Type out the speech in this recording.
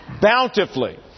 bountifully